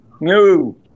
no